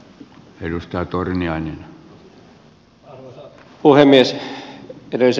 arvoisa puhemies